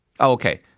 Okay